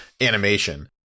animation